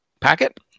packet